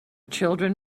children